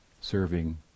serving